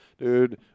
dude